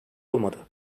olmadı